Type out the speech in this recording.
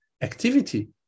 activity